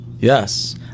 Yes